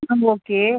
ம் ஓகே